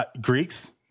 Greeks